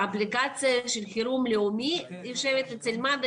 אפליקציה של חירום לאומי יושבת אצל מד"א